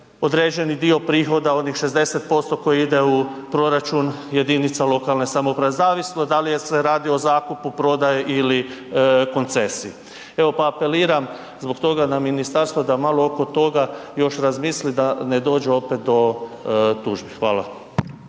određeni dio prihoda onih 60% koji ide u proračun jedinica lokalne samouprave, zavisno dal je se radi o zakupu prodaje ili koncesiji. Evo pa apeliram zbog toga na ministarstvo da malo oko toga još razmisli da ne dođe opet do tužbi. Hvala.